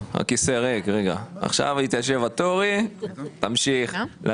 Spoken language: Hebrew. (היו"ר ניסים ואטורי) חבר הכנסת לעתיד פינדרוס יצא וחבל כי היה כדאי לא